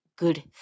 Good